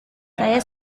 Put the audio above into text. saya